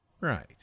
Right